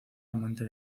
amante